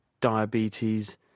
diabetes